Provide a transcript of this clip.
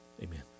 Amen